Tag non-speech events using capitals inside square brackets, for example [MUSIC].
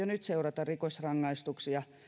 [UNINTELLIGIBLE] nyt seurata rikosrangaistuksia